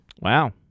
Wow